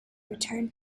return